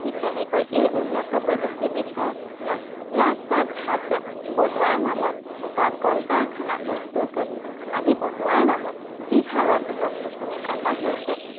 ঠিক তেনেকৈ এই উন্নত প্ৰযুক্তিবিদ্যাৰ ফলত ৰাস্তা ঘাট বনোৱাৰ নামত বা কল কাৰখানা উদ্যোগ আদি বনোৱাৰ নামত যি হাৰত গছ গছনি কটা হৈছে